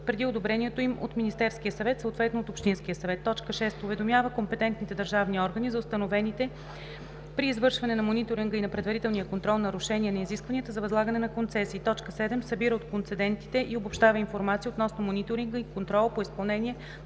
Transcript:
преди одобрението им от Министерския съвет, съответно от общинския съвет; 6. уведомява компетентните държавни органи за установените при извършване на мониторинга и на предварителния контрол нарушения на изискванията за възлагане на концесии; 7. събира от концедентите и обобщава информация относно мониторинга и контрола по изпълнение на